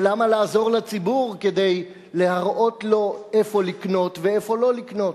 ולמה לעזור לציבור כדי להראות לו איפה לקנות ואיפה לא לקנות?